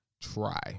Try